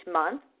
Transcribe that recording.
month